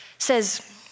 says